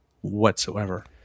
whatsoever